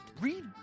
read